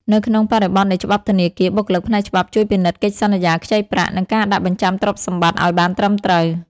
នៅក្នុងបរិបទនៃច្បាប់ធនាគារ បុគ្គលិកផ្នែកច្បាប់ជួយពិនិត្យកិច្ចសន្យាខ្ចីប្រាក់ និងការដាក់បញ្ចាំទ្រព្យសម្បត្តិឱ្យបានត្រឹមត្រូវ។